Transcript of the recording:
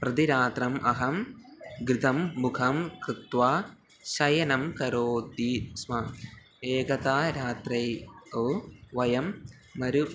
प्रतिरात्रम् अहं कृतं मुखं कृत्वा शयनं करोति स्म एकदा रात्रौ ओ वयं मरु